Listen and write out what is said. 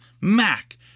Mac